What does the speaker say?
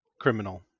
criminal